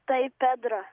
taip pedro